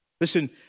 Listen